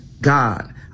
God